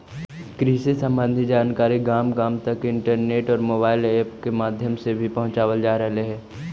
कृषि संबंधी जानकारी गांव गांव तक इंटरनेट और मोबाइल ऐप के माध्यम से भी पहुंचावल जा रहलई हे